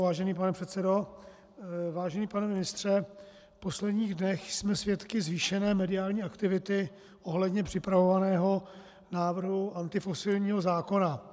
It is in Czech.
Vážený pane předsedo, vážený pane ministře, v posledních dnech jsme svědky zvýšené mediální aktivity ohledně připravovaného návrhu antifosilního zákona.